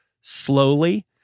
slowly